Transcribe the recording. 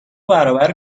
برابر